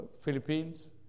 Philippines